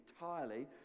entirely